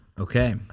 Okay